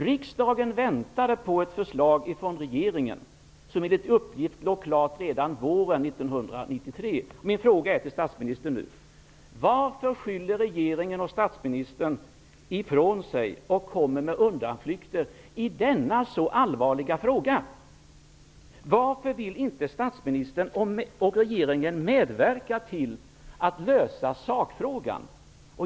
Riksdagen väntade på ett förslag från regeringen som enligt uppgift låg klart redan våren Min fråga till statsministern blir: Varför skyller regeringen och statsministern ifrån sig och kommer med undanflykter i denna så allvarliga fråga? Varför vill inte statsministern och regeringen medverka till att lösa sakfrågan?